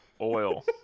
oil